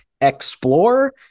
Explore